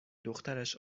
دخترش